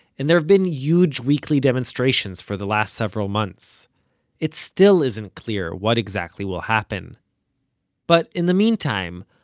and there have been huge weekly demonstrations for the last several months it still isn't clear what exactly will happen but in the meantime,